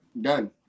done